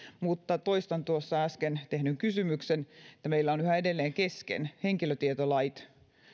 mutta toistan äsken tehdyn kysymyksen että meillä ovat yhä edelleen kesken henkilötietolait